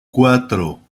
cuatro